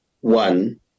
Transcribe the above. One